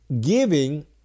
giving